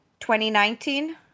2019